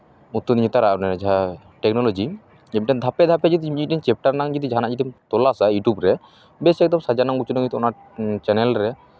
ᱱᱩᱛᱩᱱ ᱱᱮᱛᱟᱨᱟᱜ ᱨᱮ ᱡᱟᱦᱟᱸ ᱴᱮᱠᱱᱳᱞᱚᱡᱤ ᱢᱤᱫᱴᱮᱱ ᱫᱷᱟᱯᱮ ᱫᱷᱟᱯᱮ ᱡᱩᱫᱤ ᱢᱤᱫᱴᱟᱱ ᱪᱮᱯᱴᱟᱨ ᱨᱮᱱᱟᱜ ᱡᱩᱫᱤ ᱡᱟᱦᱟᱱᱟᱜ ᱡᱩᱫᱤᱢ ᱛᱚᱞᱟᱥᱟ ᱤᱭᱩᱴᱩᱵᱽ ᱨᱮ ᱵᱮᱥ ᱮᱠᱫᱚᱢ ᱥᱟᱡᱟᱱᱳ ᱜᱩᱪᱷᱟᱱᱳ ᱡᱟᱛᱮ ᱚᱱᱟ ᱪᱮᱱᱮᱞ ᱨᱮ